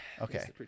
okay